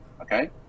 okay